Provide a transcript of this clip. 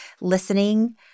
listening